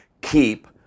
Keep